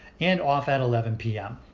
and off at eleven p m.